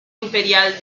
imperial